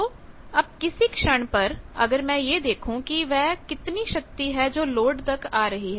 तो अब किसी क्षण पर अगर मैं यह देखूँ कि वह कितनी शक्ति है जो लोड तक आ रही है